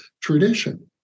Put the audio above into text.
tradition